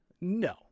No